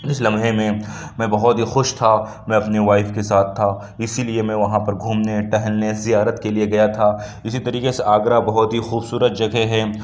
جس لمحے میں میں بہت ہی خوش تھا میں اپنے وائف کے ساتھ تھا اِسی لیے میں وہاں پر گھومنے ٹہلنے زیارت کے لیے گیا تھا اِسی طریقے سے آگرہ بہت ہی خوبصورت جگہ ہے